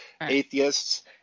atheists